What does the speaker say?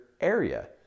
area